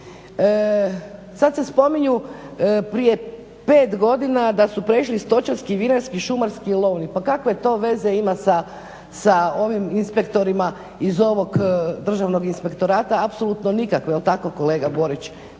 Sad se spominju prije pet godina da su prešli stočarski, vinarski, šumarski, lovni. Pa kakve to veze ima sa ovim inspektorima iz ovog Državnog inspektorata apsolutno nikakve jel' tako kolega Borić